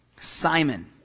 Simon